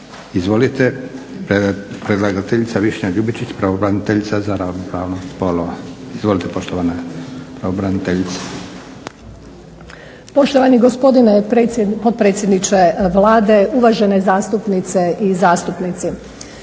Izvolite, predlagateljica Višnja Ljubičić pravobraniteljica za ravnopravnost spolova. Izvolite poštovana pravobraniteljice. **Ljubičić, Višnja** Poštovani gospodine potpredsjedniče Hrvatskog sabora, uvažene zastupnice i zastupnici.